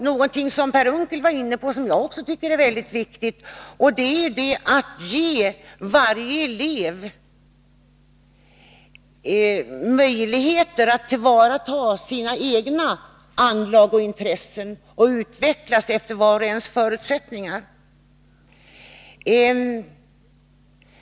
Någonting som Per Unckel var inne på och som jag också tycker är väldigt viktigt är att ge varje elev möjligheter att tillvarata sina egna anlag och intressen och att utvecklas efter sina egna förutsättningar.